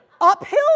Uphill